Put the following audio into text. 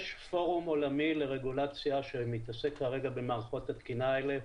יש פורום עולמי לרגולציה שמתעסק כרגע במערכות התקינה האלה,